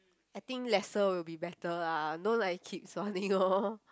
I think lesser will be better lah not like keep suaning orh